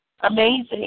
amazing